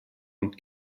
und